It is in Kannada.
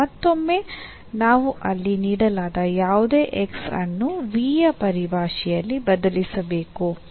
ಮತ್ತೊಮ್ಮೆ ನಾವು ಅಲ್ಲಿ ನೀಡಲಾದ ಯಾವುದೇ X ಅನ್ನು v ಯ ಪರಿಭಾಷೆಯಲ್ಲಿ ಬದಲಿಸಬೇಕು